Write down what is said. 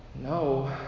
no